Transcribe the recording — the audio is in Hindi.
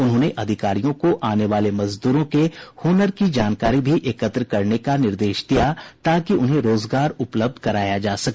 उन्होंने अधिकारियों को आने वाले मजदूरों के हुनर की जानकारी भी एकत्र करने का निर्देश दिया ताकि उन्हें रोजगार उपलब्ध कराया जा सके